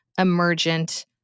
emergent